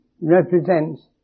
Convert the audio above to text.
represents